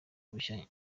bushya